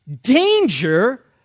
danger